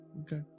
Okay